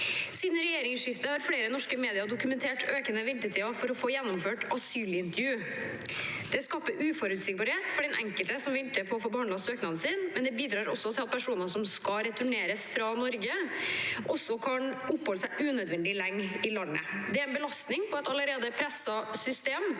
«Siden regje- ringsskiftet har flere norske medier dokumentert økende ventetider for å få gjennomført asylintervju. Dette skaper uforutsigbarhet for den enkelte som venter på å få behandlet søknaden sin, men det bidrar også til at personer som skal returneres, oppholder seg unødvendig lenge i Norge. Det er en belastning på et allerede presset system,